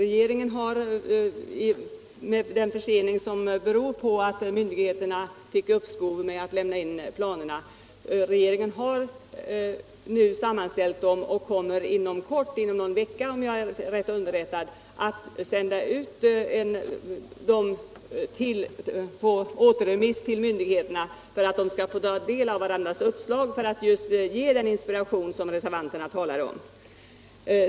Efter den försening som beror på att myndigheterna fick uppskov med att lämna in planerna har nu regeringen sammanställt dem och kommer inom kort — inom någon vecka om jag är rätt underrättad — att sända dem på återremiss till myndigheterna för att de skall få ta del av varandras uppslag och för att ge just den inspiration som reservanterna talar om.